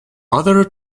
other